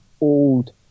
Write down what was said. old